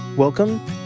Welcome